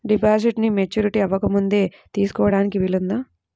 డిపాజిట్ను మెచ్యూరిటీ అవ్వకముందే తీసుకోటానికి వీలుందా?